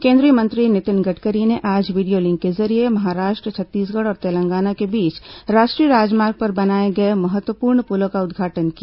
केंद्रीय मंत्री नितिन गडकरी ने आज वीडियो लिंक के जरिये महाराष्ट्र छत्तीसगढ़ और तेलंगाना के बीच राष्ट्रीय राजमार्ग पर बनाए गए महत्वपूर्ण पुलों का उद्घाटन किया